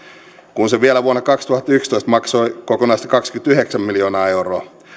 kun se vielä vuonna kaksituhattayksitoista maksoi kokonaista kaksikymmentäyhdeksän miljoonaa euroa